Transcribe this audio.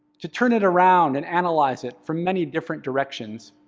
to turn it around and analyze it for many different directions.